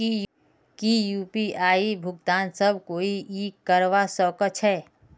की यु.पी.आई भुगतान सब कोई ई करवा सकछै?